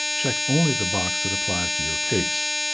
check only the box that applies to your case.